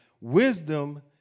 Wisdom